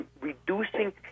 reducing